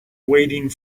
waiting